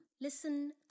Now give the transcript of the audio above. listen